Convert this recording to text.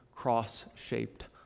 cross-shaped